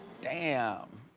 damn.